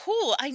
cool